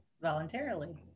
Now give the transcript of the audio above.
voluntarily